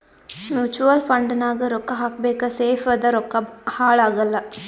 mutual fund ನಾಗ್ ರೊಕ್ಕಾ ಹಾಕಬೇಕ ಸೇಫ್ ಅದ ರೊಕ್ಕಾ ಹಾಳ ಆಗಲ್ಲ